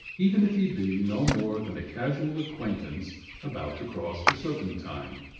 even if he be no more than a casual acquaintance about to cross the serpentine.